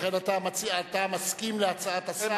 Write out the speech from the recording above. לכן אתה מסכים להצעת השר,